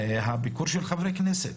הביקור של חברי כנסת.